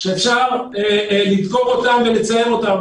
שאפשר לדקור אותם ולציין אותם.